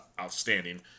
outstanding